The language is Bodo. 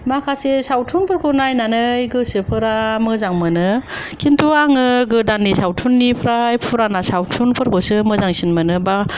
माखासे सावथुनफोरखौ नायनानै गोसोफोरा मोजां मोनो खिन्थु आङो गोदाननि सावथुनिफ्राय फुराना सावथुनफोरखौसो मोजांसिन मोनो बा